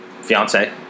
fiance